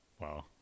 wow